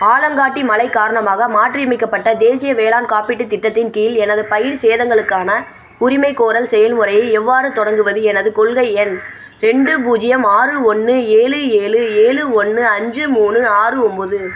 ஆலங்கட்டி மழை காரணமாக மாற்றியமைக்கப்பட்ட தேசிய வேளாண் காப்பீட்டுத் திட்டத்தின் கீழ் எனது பயிர் சேதங்களுக்கான உரிமைக்கோரல் செயல்முறையை எவ்வாறு தொடங்குவது எனது கொள்கை எண் ரெண்டு பூஜ்ஜியம் ஆறு ஒன்று ஏழு ஏழு ஏழு ஒன்று அஞ்சு மூணு ஆறு ஒம்போது